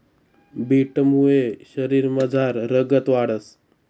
बीटमुये शरीरमझार रगत वाढंस